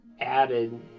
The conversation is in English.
added